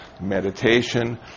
meditation